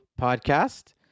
podcast